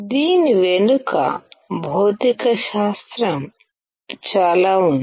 దీని వెనుక భౌతికశాస్త్రం చాలా ఉంది